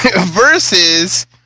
versus